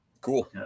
cool